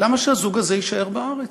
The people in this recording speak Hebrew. למה שהזוג הזה יישאר בארץ?